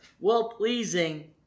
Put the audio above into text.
well-pleasing